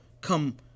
come